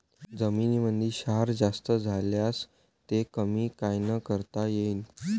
जमीनीमंदी क्षार जास्त झाल्यास ते कमी कायनं करता येईन?